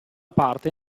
parte